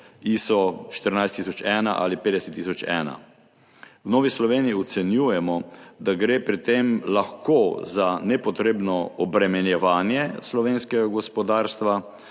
ISO 14001 ali 50001. V Novi Sloveniji ocenjujemo, da gre pri tem lahko za nepotrebno obremenjevanje slovenskega gospodarstva,